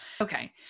okay